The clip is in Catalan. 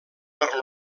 per